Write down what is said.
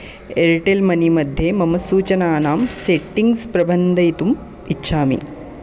Airtel money मध्ये मम सूचनानां सेटिङ्ग्स् प्रबन्धयितुम् इच्छामि